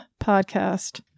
podcast